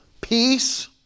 peace